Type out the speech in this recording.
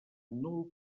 nul